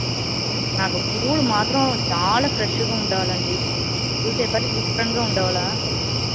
నాకు పూలు మాత్రం చాలా ఫ్రెష్గా ఉండాలండి చూసేటప్పడికి శుభ్రంగా ఉండాలి